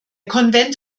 konvent